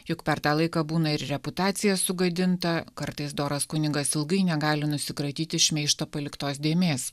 juk per tą laiką būna ir reputacija sugadinta kartais doras kunigas ilgai negali nusikratyti šmeižto paliktos dėmės